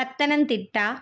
Pathanamthitta